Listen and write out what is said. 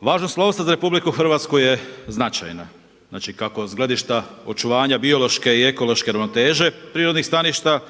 Važnost lovstva za RH je značajna, znači kako s gledišta očuvanja biološke i ekološke ravnoteže prirodnih staništa